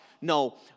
no